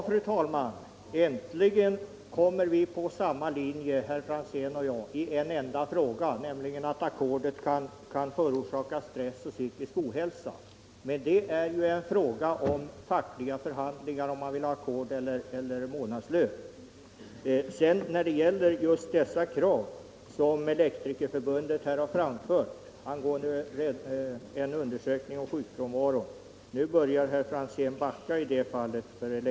Fru talman! Äntligen är herr Franzén och jag på samma linje, i en enda sak: vi är överens om att ackordet kan förorsaka stress och psykisk ohälsa. Men om man vill ha ackord eller månadslön är en fråga som får tas upp vid de fackliga förhandlingarna. När det gäller Elektrikerförbundets krav på en undersökning av sjukfrånvaron börjar herr Franzén nu backa. Elektrikerförbundets krav går nämligen ut på att frågorna skall tas upp i en utredning. den det ej vill röstar nej. den det ej vill röstar nej. den det ej vill röstar nej. den det ej vill röstar nej. den det ej vill röstar nej. länge. ÅArbetsmiljöfrågor, NE:S3 180 den det ej vill röstar nej.